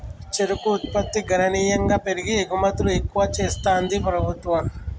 చెరుకు ఉత్పత్తి గణనీయంగా పెరిగి ఎగుమతులు ఎక్కువ చెస్తాంది ప్రభుత్వం